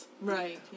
Right